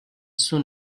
soon